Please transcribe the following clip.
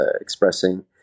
expressing